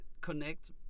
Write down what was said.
connect